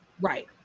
Right